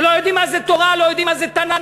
שלא יודעים מה זה תורה, לא יודעים מה זה תנ"ך.